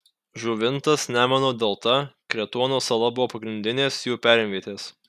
žuvintas nemuno delta kretuono sala buvo pagrindinės jų perimvietės